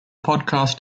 podcast